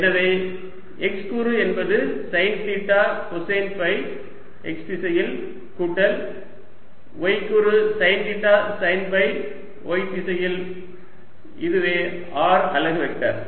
எனவே x கூறு என்பது sine theta cosine phi x திசையில் கூட்டல் y கூறு sine theta sine phi y திசையில் இதுவே r அலகு வெக்டர்